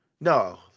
no